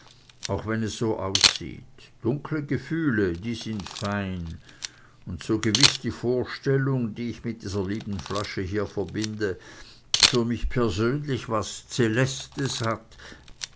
auch wenn es so aussieht dunkle gefühle die sind fein und so gewiß die vorstellung die ich mit dieser lieben flasche hier verbinde für mich persönlich was celestes hat